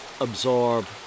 absorb